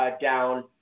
Down